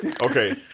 Okay